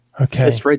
Okay